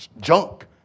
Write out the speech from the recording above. junk